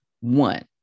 One